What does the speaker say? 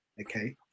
Okay